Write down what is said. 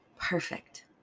perfect